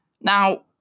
Now